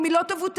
אם היא לא תבוטל,